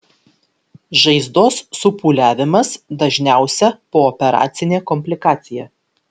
žaizdos supūliavimas dažniausia pooperacinė komplikacija